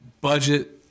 budget